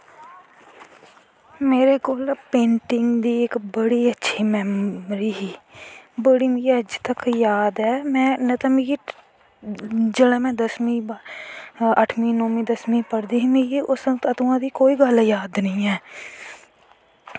मेरे कोल पेंटिंग दी इक बड़ी अच्छी मैमरी ही बड़ी मिगी अज्ज कल याद ऐ नेंई तां जिसलै में अठमी नौवीं दसमीं पढ़दी ही ते मिगी अदुआं दी कोई गल्ल याद नी ऐ